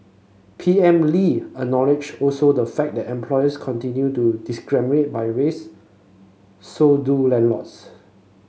P M Lee acknowledged also the fact that employers continue to discriminate by race so do landlords